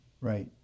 Right